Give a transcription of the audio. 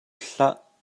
hlah